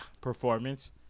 performance